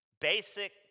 basic